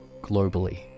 Globally